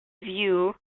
view